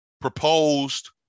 proposed